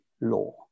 law